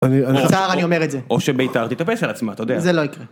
בצער אני אומר את זה. או שבית"ר תתאפס על עצמה, אתה יודע. זה לא יקרה.